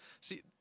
See